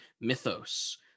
mythos